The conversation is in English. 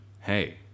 hey